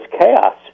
chaos